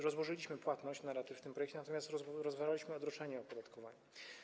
Rozłożyliśmy płatność na raty w tym projekcie, natomiast rozważaliśmy odroczenie opodatkowania.